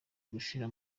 gushira